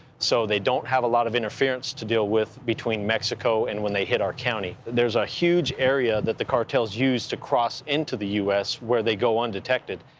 so they don't have a lot of interference to deal with between mexico and when they hit our county. there is a huge area that the cartels use to cross into the u s. where they go undetected.